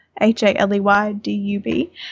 H-A-L-E-Y-D-U-B